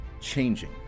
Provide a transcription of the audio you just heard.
changing